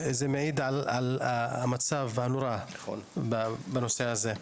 זה מעיד על המצב הנורא בנושא הזה.